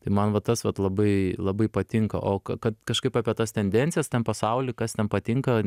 tai man va tas vat labai labai patinka o ka kad kažkaip apie tas tendencijas ten pasauly kas ten patinka